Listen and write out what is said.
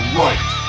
right